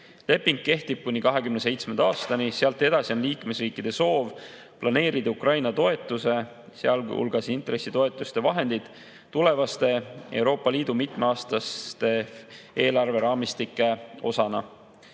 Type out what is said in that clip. Leping kehtib kuni 2027. aastani ja sealt edasi soovivad liikmesriigid planeerida Ukraina toetuse, sealhulgas intressitoetuste vahendeid tulevaste Euroopa Liidu mitmeaastaste eelarveraamistike osana.